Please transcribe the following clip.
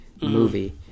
movie